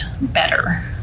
better